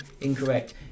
Incorrect